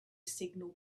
signal